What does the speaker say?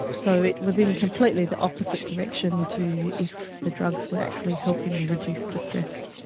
so it was in completely the opposite direction to if the drugs were actually helping reduce distress.